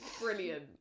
Brilliant